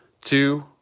two